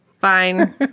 Fine